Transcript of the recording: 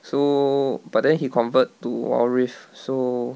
so but then he convert to wild rift so